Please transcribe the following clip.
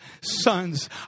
sons